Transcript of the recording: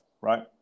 right